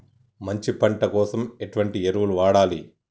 మంచి పంట కోసం ఎటువంటి ఎరువులు వాడాలి?